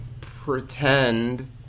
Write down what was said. pretend